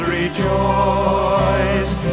rejoice